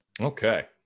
Okay